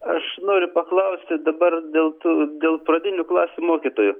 aš noriu paklausti dabar dėl tų dėl pradinių klasių mokytojų